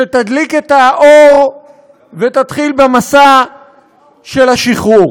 שתדליק את האור ותתחיל במסע של השחרור.